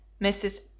Mrs